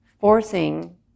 forcing